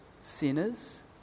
sinners